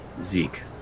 Zeke